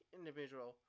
individual